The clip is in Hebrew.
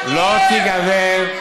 לא תיגבה,